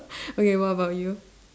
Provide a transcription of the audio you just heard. okay what about you